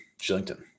Shillington